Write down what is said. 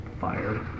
fire